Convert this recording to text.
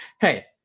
Hey